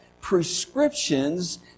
prescriptions